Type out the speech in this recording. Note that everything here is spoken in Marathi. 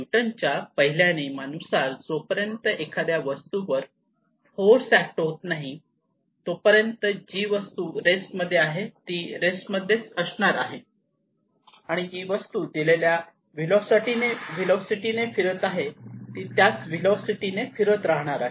न्यूटन च्या पहिल्या नियमानुसार जोपर्यंत एखाद्या वस्तूवर फोर्स ऍक्ट होत नाही तोपर्यंत जी वस्तू रेस्ट मध्ये आहे ती रेस्ट मध्येच असणार आहे आणि जी वस्तू दिलेल्या व्हेलॉसिटी ने फिरत आहे ती त्याच व्हेलॉसिटीने फिरत राहणार आहे